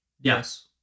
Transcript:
Yes